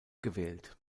gewählt